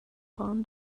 barn